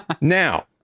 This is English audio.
Now